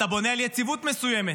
אתה בונה על יציבות מסוימת.